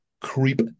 creep